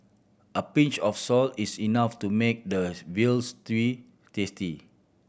a pinch of salt is enough to make the veal stew tasty